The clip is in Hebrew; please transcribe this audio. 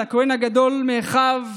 אל הכהן הגדול מאחיו,